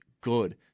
good